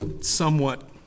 somewhat